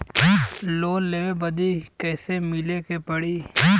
Loan लेवे बदी कैसे मिले के पड़ी?